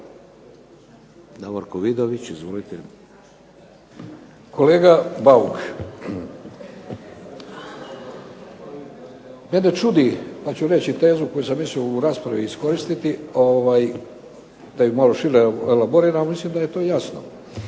Kolega Bauk, mene čudi pa ću reći tezu koju sam mislio u raspravi iskoristiti, da ju malo šire elaboriram, mislim da je to jasno.